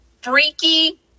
freaky